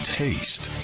taste